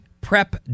prep